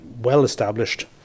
well-established